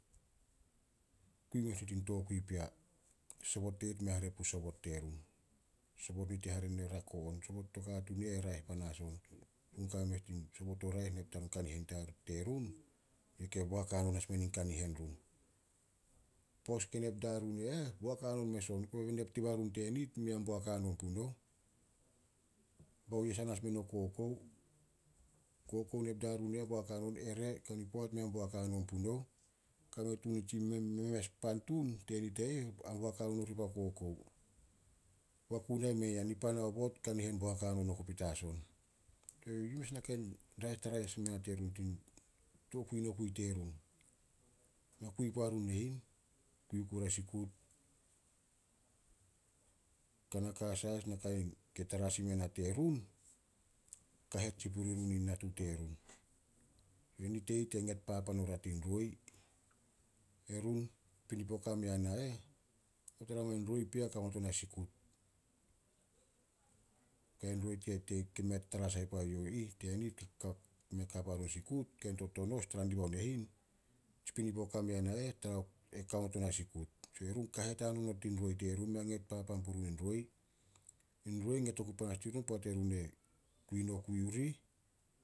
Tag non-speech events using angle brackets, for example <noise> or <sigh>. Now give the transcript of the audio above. Kui mes nit in tokui pea. Sobot tenit mei hare puh o sobot terun. Sobot tenit hare ne rako on. Sobot to katuun i eh e raeh panas on. Run kame mes dio sobot o raeh, <unintelligible> youh ke boak hanon mes menin kanihen run. O pos ke nep darun e eh, boak hanon mes on. Kobe me nep diba run tenit, mea boak hanon punouh. Baoyesan as meno kokou. Kokou nep darun e eh boak hanon on, ere kani poat mea boak hanon punouh. <unintelligible> Nitsi memes pan tun tenit e ih a boak hanon oribao kokou. Wakunai mei ah, nipan aobot, kanihen e boak hanon oku petas on. Yi mes Naka in raeh kei tara i mea na terun. Tokui nokui terun, mei kui puarun nehin, kui ku rea sikut. Kanaka sai as <unintelligible> kei tara i mea na terun, kahet sin puri run in natu terun. Enit e ih te nget papan orea tin roi. Erun, napinipo ka mea na eh, no tara mai roi pea kao not ona sikut. Kain roi <unintelligible> kei mei tatara sai puo youh e ih tenit kei mea ka puarun sikut, kain to tonos tara dibao nehin, tsi pinipo ka mea na eh, <unintelligible> e kao not ona sikut. <unintelligible> Kahet hanon not din roi terun, mea nget papan purun in roi. Roi nget oku panas dirun poat erun e kui nokui orih